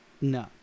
No